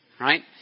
right